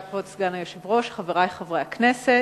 כבוד סגן היושב-ראש, תודה, חברי חברי הכנסת,